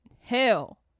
hell